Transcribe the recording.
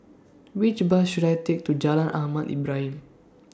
Which Bus should I Take to Jalan Ahmad Ibrahim